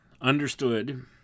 understood